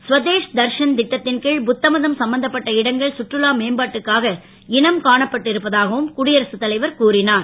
ஸ்வதே தர்ஷன் ட்டத் ன் கீ புத்தமதம் சம்பந்தப்பட்ட இடங்கள் கற்றுலா மேம்பாட்டுக்காக இனம் காணப்பட்டு இருப்பதாகவும் குடியரசுத் தலைவர் கூறினார்